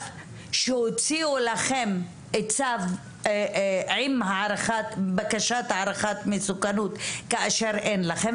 שהוציאו לכם צו עם בקשת הערכת מסוכנות כאשר אין לכם,